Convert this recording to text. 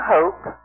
Hope